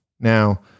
Now